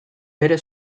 bere